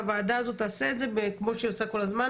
והוועדה הזאת תעשה את זה כמו שהיא עושה כל הזמן